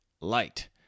light